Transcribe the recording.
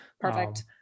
Perfect